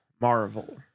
Marvel